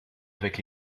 avec